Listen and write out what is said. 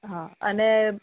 હા અને